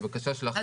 לבקשה שלכם,